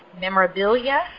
memorabilia